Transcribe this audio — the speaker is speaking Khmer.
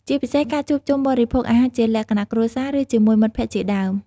ជាពិសេសការជួបជុំបរិភោគអាហារជាលក្ខណៈគ្រួសារ ឬជាមួយមិត្តភក្តិជាដើម ។